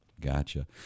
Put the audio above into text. gotcha